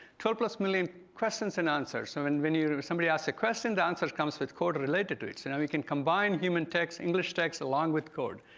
twelve plus million questions and answers. so and when yeah somebody asks a question, the answer comes with code related to it and we can combine human text, english texts along with code.